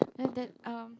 then then um what ah